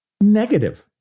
negative